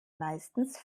meistens